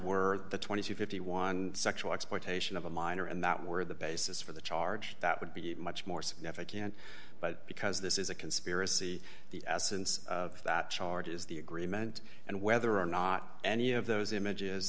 were the twenty dollars to fifty one dollars sexual exploitation of a minor and that were the basis for the charge that would be much more significant but because this is a conspiracy the essence of that charge is the agreement and whether or not any of those images